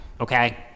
Okay